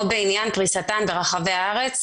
או בעניין פריסתן ברחבי הארץ,